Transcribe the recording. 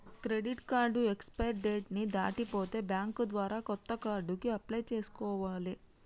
credit card expiry date ని దాటిపోతే bank ద్వారా కొత్త కార్డుకి అప్లై చేసుకోవాలే